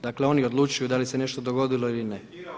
Dakle, oni odlučuju da li se nešto dogodilo ili ne.